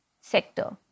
sector